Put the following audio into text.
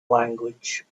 language